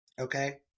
Okay